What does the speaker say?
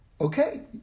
Okay